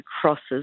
crosses